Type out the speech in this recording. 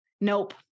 Nope